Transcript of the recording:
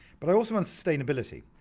but i also run sustainability,